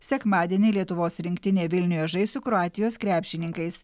sekmadienį lietuvos rinktinė vilniuje žais su kroatijos krepšininkais